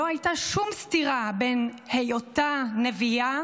לא הייתה שום סתירה בין היותה נביאה